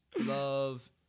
love